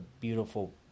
beautiful